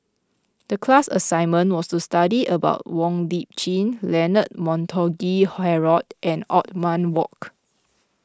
the class assignment was to study about Wong Lip Chin Leonard Montague Harrod and Othman Wok